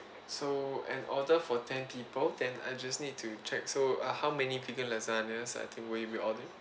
so an order for ten people then I just need to check so uh how many vegan lasagne I think would you be ordering